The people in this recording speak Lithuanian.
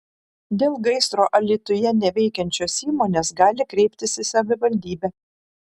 dėl gaisro alytuje neveikiančios įmonės gali kreiptis į savivaldybę